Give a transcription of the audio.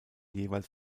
jeweils